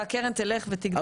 והקרן תלך ותגדל.